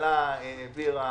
הממשלה העבירה